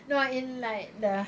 no lah in like the